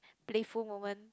playful moment